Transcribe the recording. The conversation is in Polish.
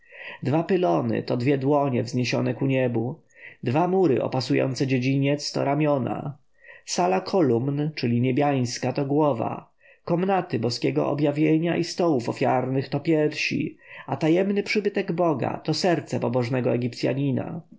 dwa pylony to dwie dłonie wzniesione ku niebu dwa mury opasujące dziedziniec to dwa ramiona sala kolumn czyli niebiańska to głowa komnaty boskiego objawienia i stołów ofiarnych to piersi a tajemny przybytek boga to serce pobożnego